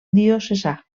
diocesà